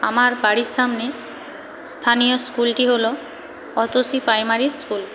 আমার বাড়ির সামনে স্থানীয় স্কুলটি হল অতসী প্রাইমারি স্কুল